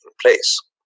place